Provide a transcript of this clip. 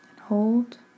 Hold